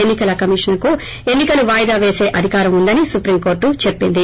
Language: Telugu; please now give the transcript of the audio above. ఎన్స్ కల కమీషనర్ కు ఎన్సి కలు వాయిదా పేసే అధికారం ఉందని సుప్రీంకోర్లు చెప్పింది